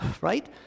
right